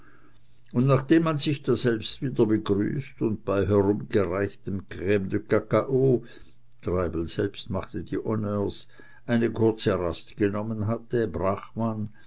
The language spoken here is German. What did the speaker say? und nachdem man sich daselbst wieder begrüßt und bei herumgereichtem crme de cacao treibel selbst machte die honneurs eine kurze rast genommen hatte brach man